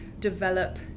develop